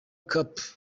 capt